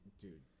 dude